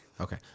Okay